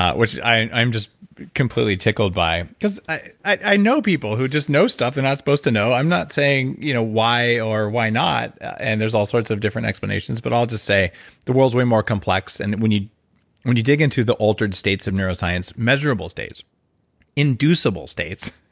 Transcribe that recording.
ah which i'm just completely tickled by. because i i know people who just know stuff they're not supposed to know i'm not saying you know why or why not. and there's all sorts of different explanations. but i'll just say the world's way more complex and when you when you dig into the altered states of neuroscience, measurable states inducible states,